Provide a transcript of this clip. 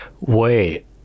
Wait